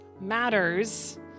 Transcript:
matters